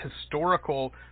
historical